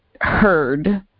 heard